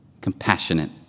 compassionate